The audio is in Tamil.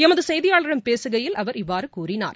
எமதுசெய்தியாளரிடம் பேசுகையில் அவர் இவ்வாறுகூறினார்